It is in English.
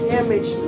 image